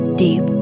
deep